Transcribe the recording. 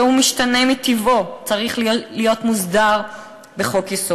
"שהוא משתנה מטיבו, צריך להיות מוסדר בחוק-יסוד,